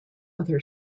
other